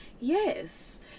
Yes